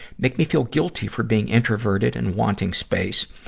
make me feel guilty for being introverted and wanting space,